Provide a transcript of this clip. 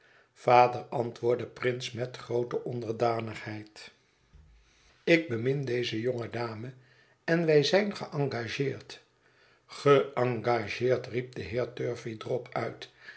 vader antwoordde prince met groote onderdanigheid ik bemin deze jonge dame en wij zijn geëngageerd geëngageerd riep de heer turveydrop uit